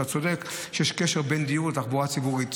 אתה צודק שיש קשר בין דיור לתחבורה ציבורית.